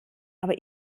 aber